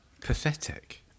pathetic